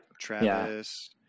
Travis